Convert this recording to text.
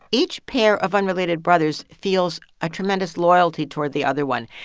each pair of unrelated brothers feels a tremendous loyalty toward the other one.